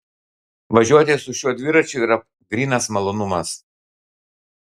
važiuoti su šiuo dviračiu yra grynas malonumas